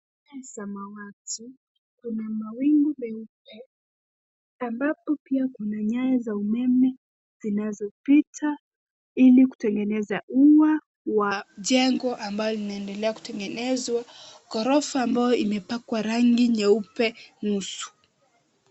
Anga la samawati, kuna mawingu meupe ambapo pia kuna nyaya za umeme zinazopita ili kutengeneza ua wa jengo ambayo inaendelea kutengenezwa ghorofa ambayo imepakwa rangi nyeupe nusu.